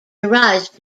arise